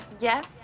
yes